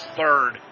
third